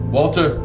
Walter